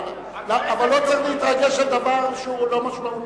לא צריך להתרגש על דבר שהוא לא משמעותי.